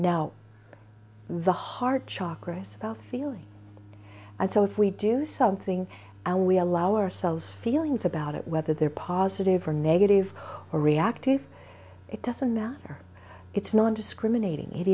now the heart chakra is about feeling and so if we do something and we allow ourselves feelings about it whether they're positive or negative or reactive it doesn't matter it's non discriminating it